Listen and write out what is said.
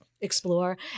Explore